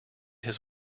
his